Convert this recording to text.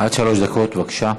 עד שלוש דקות, בבקשה.